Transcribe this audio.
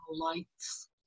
lights